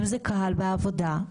אם זה קהל בעבודה,